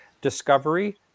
discovery